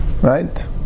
Right